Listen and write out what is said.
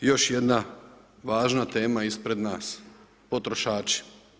Još jedna važna tema ispred nas, potrošači.